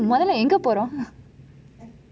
முதலில் எங்கே போறோம்:muthalil enkei porom